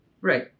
right